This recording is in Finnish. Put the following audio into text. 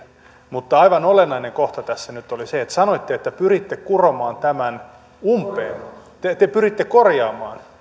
mutta aivan olennainen kohta tässä nyt oli se että sanoitte että pyritte kuromaan tämän umpeen te pyritte korjaamaan